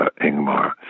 Ingmar